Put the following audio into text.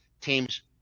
teams